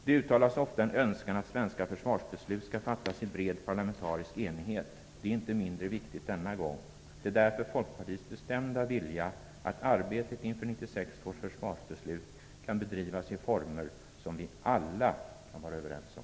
Det uttalas ofta en önskan att svenska försvarsbeslut skall fattas i bred parlamentarisk enighet. Det är inte mindre viktigt denna gång. Det är därför Folkpartiets bestämda vilja att arbetet inför 1996 års försvarsbeslut kan bedrivas i former som vi alla kan vara överens om.